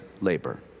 labor